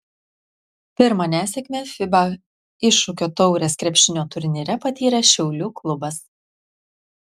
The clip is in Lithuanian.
pirmą nesėkmę fiba iššūkio taurės krepšinio turnyre patyrė šiaulių klubas